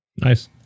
Nice